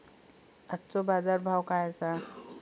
आजचो बाजार भाव काय आसा?